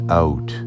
out